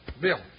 Bill